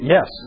Yes